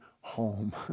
home